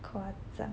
夸张